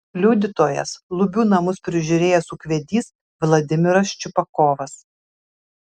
liudytojas lubių namus prižiūrėjęs ūkvedys vladimiras ščiupakovas